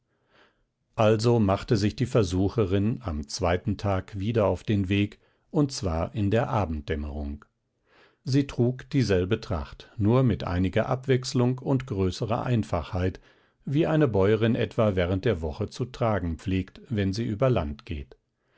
also machte sich die versucherin am zweiten tage wieder auf den weg und zwar in der abenddämmerung sie trug dieselbe tracht nur mit einiger abwechselung und größerer einfachheit wie eine bäuerin etwa während der woche zu tragen pflegt wenn sie über land geht